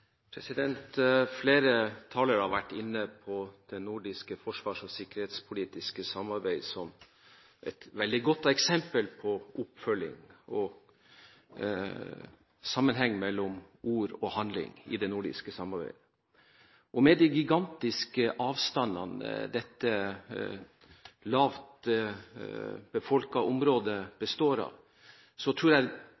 sikkerhetspolitiske samarbeidet som et veldig godt eksempel på oppfølging og sammenheng mellom ord og handling i det nordiske samarbeidet. Med de gigantiske avstandene i dette